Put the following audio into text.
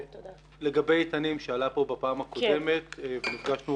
לגבי איתנים שעלה פה בפעם הקודמת ונפגשנו